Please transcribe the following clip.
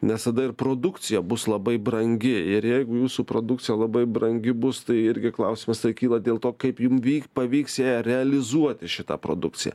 nes tada ir produkcija bus labai brangi ir jeigu jūsų produkcija labai brangi bus tai irgi klausimas kyla dėl to kaip jum vyk pavyks ją realizuoti šitą produkciją